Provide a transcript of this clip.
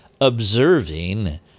observing